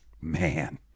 Man